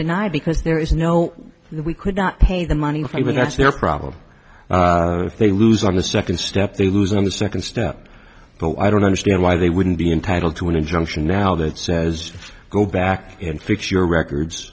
denied because there is no we could not pay the money that's their problem if they lose on the second step they lose on the second step but i don't understand why they wouldn't be entitled to an injunction now that says go back and fix your records